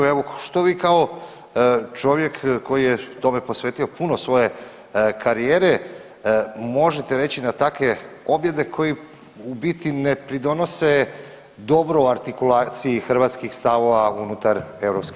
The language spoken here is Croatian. I evo što vi kao čovjek koji je tome posvetio puno svoje karijere možete reći na takve objede koji u biti ne pridonose dobro artikulaciji hrvatskih stavova unutar EU?